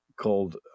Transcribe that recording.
called